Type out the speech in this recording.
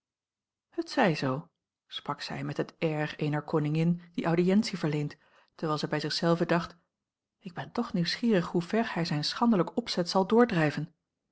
het zij zoo sprak zij met het air eener koningin die audiëntie verleent terwijl zij bij zich zelve dacht ik ben toch nieuwsgierig hoe ver hij zijn schandelijk opzet zal doordrijven